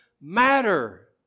matter